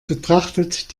betrachtet